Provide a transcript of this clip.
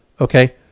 Okay